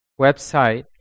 website